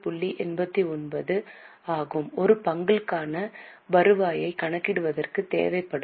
89 ஆகும் ஒரு பங்குக்கான வருவாயைக் கணக்கிடுவதற்கு இது தேவைப்படும்